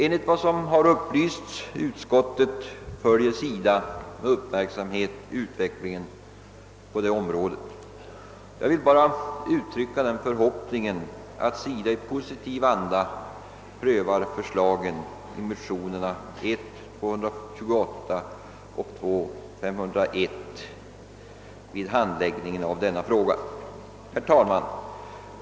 Enligt vad som upplysts utskottet följer SIDA med uppmärksamhet utvecklingen på detta område. Jag vill uttrycka förhoppningen att SIDA i positiv anda prövar förslagen i motionerna I: 428 och II: 501 vid handläggningen av denna fråga. Herr talman!